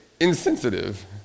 insensitive